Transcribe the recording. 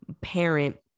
parent